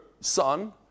son